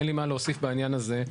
אין לי מה להוסיף בעניין הזה.